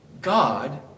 God